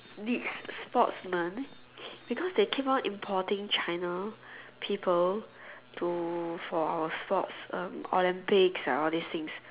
needs sportsman because they keep on importing China people to for sports um Olympics and all these things